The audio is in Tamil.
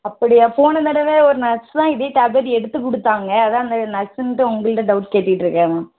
அப்படியா போன தடவை ஒரு நர்ஸ் தான் இதே டேப்லெட் எடுத்து கொடுத்தாங்க அதுதான் அந்த நர்ஸ்ஸுன்ட்டு உங்கள்கிட்ட டவுட் கேட்டுகிட்ருக்கேன் மேம்